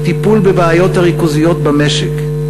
הטיפול בבעיות הריכוזיות במשק,